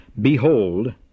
Behold